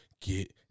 get